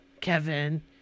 Kevin